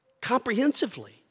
comprehensively